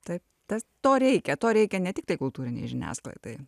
taip tas to reikia to reikia ne tiktai kultūrinei žiniasklaidai